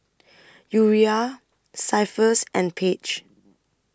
Uriah Cephus and Paige